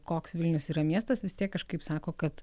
koks vilnius yra miestas vis tiek kažkaip sako kad